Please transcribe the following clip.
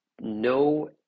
No